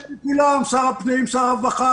אני עובד מול שר הפנים, שר הרווחה.